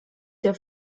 der